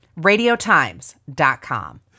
Radiotimes.com